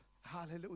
hallelujah